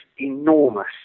enormous